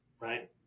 right